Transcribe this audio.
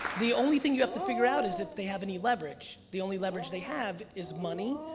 the only thing you have to figure out is if they have any leverage. the only leverage they have is money,